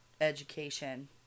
education